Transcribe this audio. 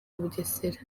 bugesera